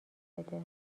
بده